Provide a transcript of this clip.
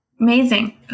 Amazing